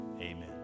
amen